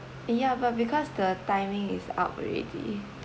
yeah but because the timing is up already